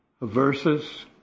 verses